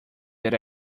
that